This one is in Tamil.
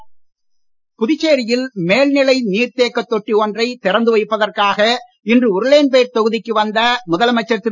புதுச்சேரி கைது புதுச்சேரியில் மேல்நிலை நீர்தேக்க தொட்டி ஒன்றை திறந்து வைப்பதற்காக இன்று உருளையன்பேட் தொகுதிக்கு வந்த முதலமைச்சர் திரு